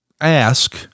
ask